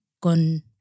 gone